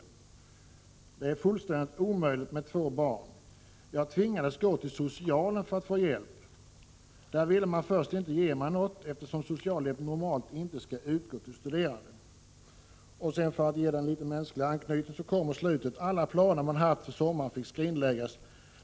Det är fullständigt omöjligt att klara sig på det när man har två barn. Jag tvingades gå till socialen för att få hjälp. Där ville man först inte ge mig någonting, eftersom socialhjälp normalt inte utgår till studerande. Sedan säger hon — och det är det som ger det hela en litet mänsklig anknytning: Alla planer som jag haft för sommaren fick skrinläggas.